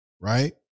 right